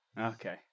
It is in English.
Okay